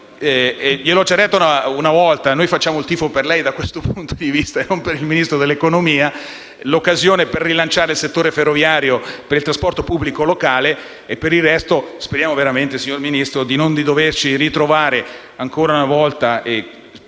- ho già detto una volta che facciamo il tifo per lei da questo punto di vista e non per il Ministro dell'economia - sia l'occasione per rilanciare il settore ferroviario per il trasporto pubblico locale. Per il resto, signor Ministro, confidiamo di non doverci ritrovare ancora una volta